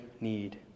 need